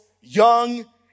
young